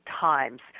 times